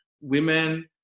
women